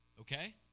okay